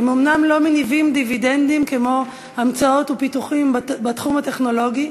הם אומנם לא מניבים דיבידנדים כמו המצאות ופיתוחים בתחום הטכנולוגי,